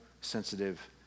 sensitive